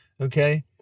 okay